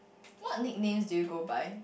what nicknames do you go by